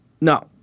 No